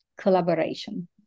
collaboration